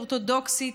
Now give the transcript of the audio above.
אורתודוקסית,